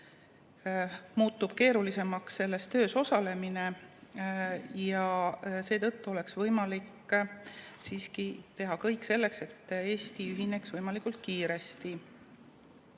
muutub meil keerulisemaks selle töös osaleda. Seetõttu tuleks siiski teha kõik selleks, et Eesti ühineks võimalikult kiiresti.